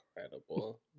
Incredible